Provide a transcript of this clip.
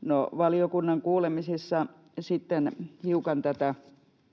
No, valiokunnan kuulemisissa sitten hiukan tätä